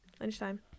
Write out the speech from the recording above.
lunchtime